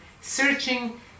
searching